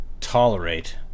tolerate